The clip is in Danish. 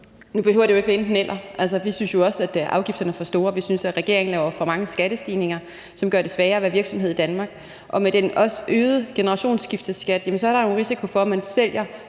Nu behøver det jo ikke at være et enten-eller. Altså, vi synes jo også, at afgifterne er for høje, og vi synes, at regeringen laver for mange skattestigninger, som gør det sværere at være virksomhed i Danmark. Og med den øgede generationsskifteskat er der jo også en risiko for, at man sælger